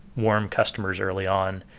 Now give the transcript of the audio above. warm customers early on.